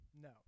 no